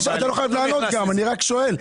אתה לא חייב לענות; אני רק שואל.